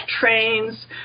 trains